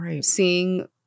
seeing